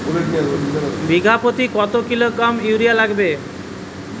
বিঘাপ্রতি কত kilogram urea লাগবে?